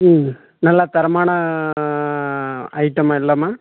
ம் நல்லா தரமான ஐட்டமா எல்லாமே